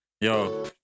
Yo